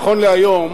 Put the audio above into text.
נכון להיום